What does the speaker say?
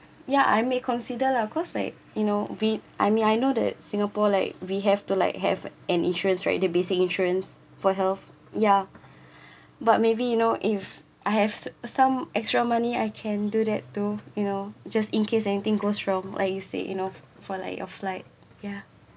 ya I may consider lah cause like you know we I mean I know that singapore like we have to like have an insurance right the basic insurance for health ya but maybe you know if I have some extra money I can do that too you know just in case anything goes wrong like you said you know for like your flight ya